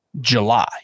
July